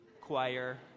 choir